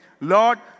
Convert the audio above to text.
Lord